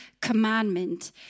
commandment